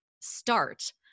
start